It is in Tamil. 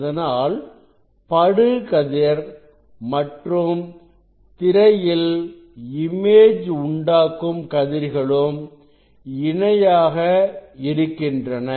அதனால் படுகதிர் மற்றும் திரையில் இமேஜ் உண்டாக்கும் கதிர்களும் இணையாக இருக்கின்றன